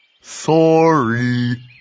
Sorry